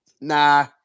Nah